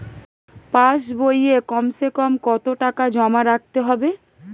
পাশ বইয়ে কমসেকম কত টাকা জমা রাখতে হবে?